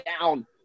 down